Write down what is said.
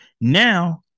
Now